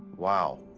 wow,